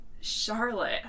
Charlotte